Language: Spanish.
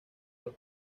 los